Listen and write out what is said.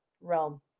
realm